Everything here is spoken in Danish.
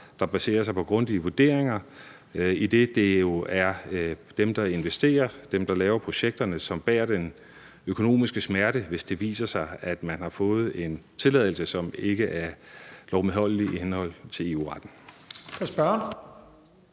der baserer sig på grundige vurderinger, idet det jo er dem, der investerer, og dem, der laver projekterne, som bærer den økonomiske smerte, hvis det viser sig, at man har fået en tilladelse, som ikke er lovmedholdelig i henhold til EU-retten.